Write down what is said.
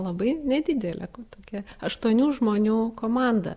labai nedidelė tokia aštuonių žmonių komanda